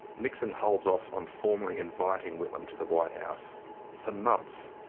nixon holds off on formally inviting whitlam to the white house for months,